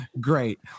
great